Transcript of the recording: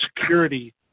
security